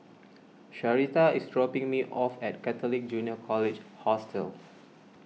Sharita is dropping me off at Catholic Junior College Hostel